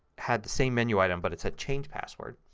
has the same menu item but it said change password.